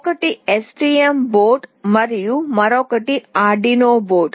ఒకటి STM board మరియు మరొకటి Arduino బోర్డు